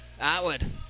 Atwood